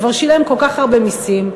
כבר שילם כל כך הרבה מסים,